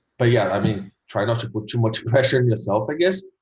but yeah i mean try not to put too much pressure on yourself i guess.